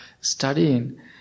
studying